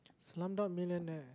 Slumdog-Millionaire